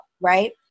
right